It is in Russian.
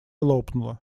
лопнула